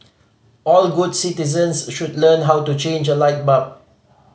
all good citizens should learn how to change a light bulb